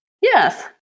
Yes